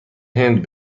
هند